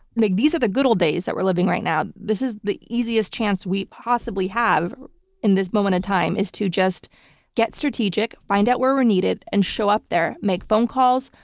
these are the good old days that we're living right now. this is the easiest chance we possibly have in this moment of time, is to just get strategic, find out where we're needed and show up there. make phone calls,